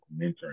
mentoring